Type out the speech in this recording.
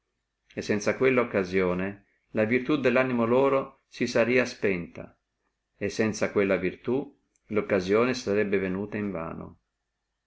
e sanza quella occasione la virtù dello animo loro si sarebbe spenta e sanza quella virtù la occasione sarebbe venuta invano